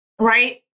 right